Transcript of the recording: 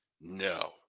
No